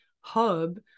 hub